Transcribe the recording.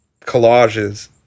collages